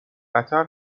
قطر